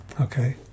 Okay